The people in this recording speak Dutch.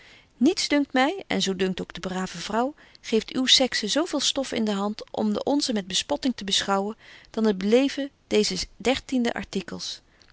niets dunkt my en zo dunkt ook de brave vrouw geeft uw sexe zo veel stof in de hand om de onze met bespotting te beschouwen dan het beleven deezes